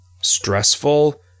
stressful